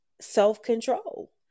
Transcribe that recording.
self-control